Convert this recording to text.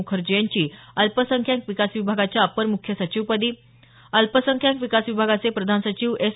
मुखर्जी यांची अल्पसंख्यांक विकास विभागाच्या अपर मुख्य सचिवपदी अल्पसंख्यांक विकास विभागाचे प्रधान सचिव एस